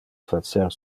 facer